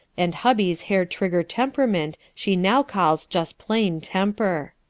and hubby's hair-trigger temperament she now calls just plain temper.